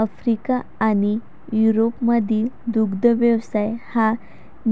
Africa आणि युरोपमधील दुग्ध व्यवसाय हा